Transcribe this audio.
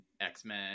x-men